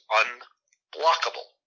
unblockable